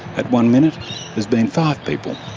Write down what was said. at one minute there's been five people.